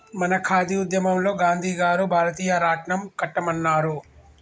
మన ఖాదీ ఉద్యమంలో గాంధీ గారు భారతీయ రాట్నం కట్టమన్నారు